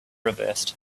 reversed